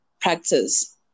practice